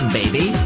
baby